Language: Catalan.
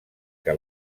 que